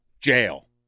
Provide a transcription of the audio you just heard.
Jail